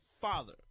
father